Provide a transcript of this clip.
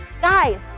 Guys